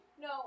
No